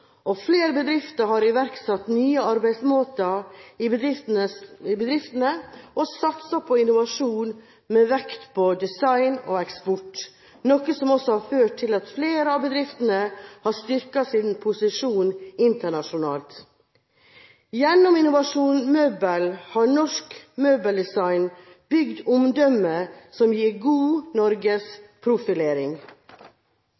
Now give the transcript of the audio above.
og flere bedrifter har iverksatt nye arbeidsmåter og satset på innovasjon med vekt på design og eksport, noe som også har ført til at flere av bedriftene har styrket sin posisjon internasjonalt. Gjennom Innovasjon Møbel har norsk møbeldesign bygd omdømme, som gir god